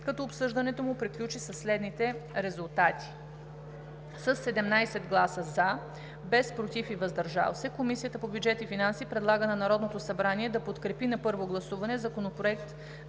като обсъждането му приключи със следните резултати: Със 17 гласа „за“, без „против“ и „въздържал се“ Комисията по бюджет и финанси предлага на Народното събрание да подкрепи на първо гласуване Законопроект